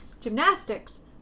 Gymnastics